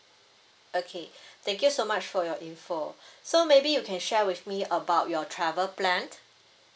okay thank you so much for your info so maybe you can share with me about your travel plans